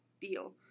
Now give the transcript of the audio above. deal